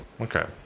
Okay